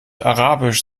arabisch